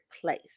place